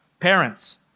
Parents